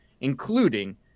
including